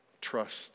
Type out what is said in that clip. trust